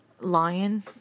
lion